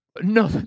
No